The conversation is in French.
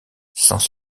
sans